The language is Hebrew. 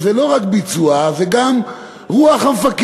אז זה לא רק ביצוע, זה גם רוח המפקד.